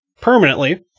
permanently